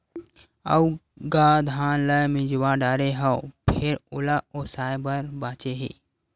अउ गा धान ल मिजवा डारे हव फेर ओला ओसाय बर बाचे हे